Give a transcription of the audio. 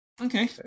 Okay